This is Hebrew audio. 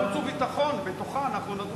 החוץ והביטחון, ובתוכה אנחנו נדון.